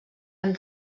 amb